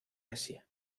asia